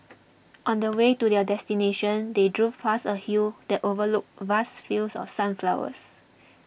on the way to their destination they drove past a hill that overlooked vast fields of sunflowers